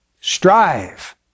strive